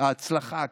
ההצלחה הכבירה.